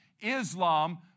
Islam